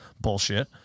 bullshit